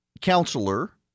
counselor